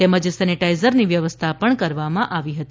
તેમજ સેનેટાઇઝરની વ્યવસ્થા કરવામાં આવી હતી